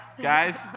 Guys